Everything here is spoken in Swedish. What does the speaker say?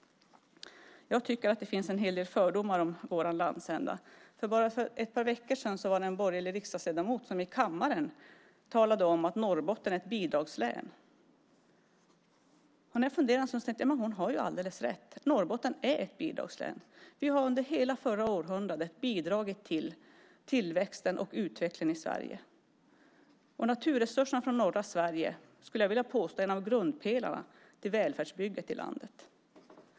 Jag tycker att det finns en hel del fördomar om vår landsända. För bara ett par veckor sedan var det en borgerlig riksdagsledamot som i kammaren talade om att Norrbotten är ett bidragslän. När jag funderat en stund tänkte jag: Men hon har ju alldeles rätt. Norrbotten är ett bidragslän. Vi har under hela förra århundradet bidragit till tillväxten och utvecklingen i Sverige. Naturresurserna från norra Sverige skulle jag vilja påstå är en av grundpelarna i välfärdsbygget i landet.